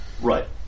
right